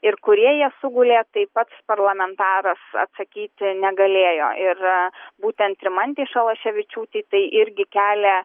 ir kurie jie sugulė tai pats parlamentaras atsakyti negalėjo ir būtent rimantei šalaševičiūtei tai irgi kelia